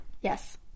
yes